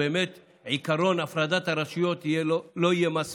ובאמת עקרון הפרדת הרשויות לא יהיה מס שפתיים.